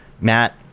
matt